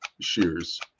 shears